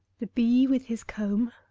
the bee with his comb,